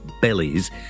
bellies